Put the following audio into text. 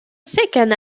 second